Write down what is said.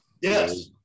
Yes